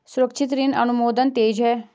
सुरक्षित ऋण अनुमोदन तेज है